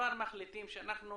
כבר מחליטים שאנחנו